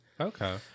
okay